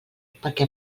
perquè